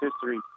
history